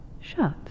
shut